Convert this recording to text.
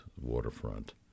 waterfront